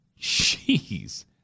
Jeez